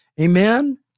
Amen